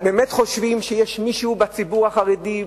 באמת חושבים שיש מישהו בציבור החרדי,